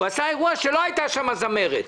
שלא הייתה בו זמרת.